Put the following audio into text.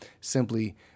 simply